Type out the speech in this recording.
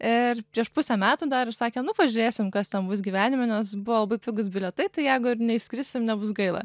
ir prieš pusę metų darius sakė nu pažiūrėsim kas ten bus gyvenime nes buvo labai pigūs bilietai tai jeigu ir neišskrisim nebus gaila